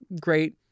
great